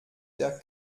der